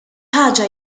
ħaġa